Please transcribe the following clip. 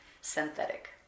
synthetic